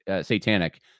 satanic